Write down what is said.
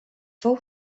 fou